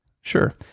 Sure